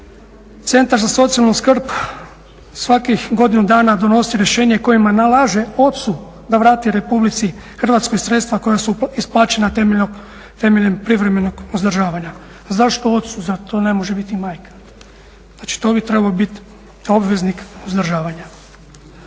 centar za socijalnu skrb svakih godinu dana donosi rješenje kojima nalaže ocu da vrati Republici Hrvatskoj sredstva koja su isplaćena temeljem privremenog uzdržavanja. Zašto ocu, zar to ne može biti majka? Znači to bi trebalo bit obveznik uzdržavanja.